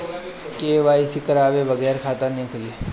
KYC करवाये बगैर खाता नाही खुली?